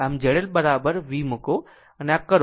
આમ Z L V મૂકો અને જો આ કરો તો